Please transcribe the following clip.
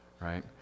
Right